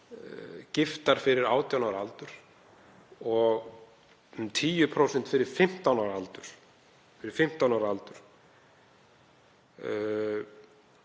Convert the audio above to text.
giftar fyrir 18 ára aldur og 10% fyrir 15 ára aldur.